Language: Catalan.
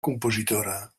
compositora